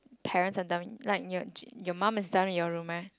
parents are done with like your g~ your mum is done with your room meh